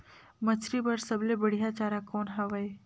मछरी बर सबले बढ़िया चारा कौन हवय?